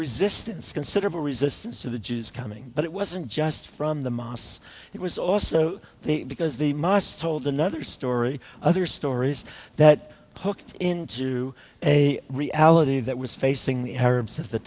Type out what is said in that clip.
resistance considerable resistance to the jews coming but it wasn't just from the mosque it was also there because the mosque told another story other stories that poked into a reality that was facing the arabs of the